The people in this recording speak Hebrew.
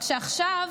רק שעכשיו